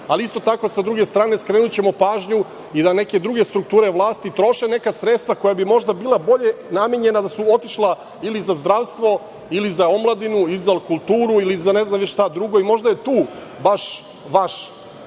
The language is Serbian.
Isto tako, sa druge strane, skrenućemo pažnju i na neke druge strukture vlasti, troše neka sredstva koja bi možda bilo bolje da su otišla, ili za zdravstvo, ili za omladinu, ili za kulturu, ili za ne znam šta drugo. Možda je tu baš vaš